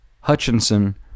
Hutchinson